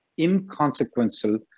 inconsequential